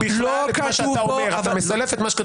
אתה מסלף את מה שכתוב.